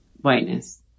whiteness